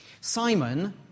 Simon